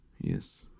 Yes